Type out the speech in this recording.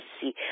see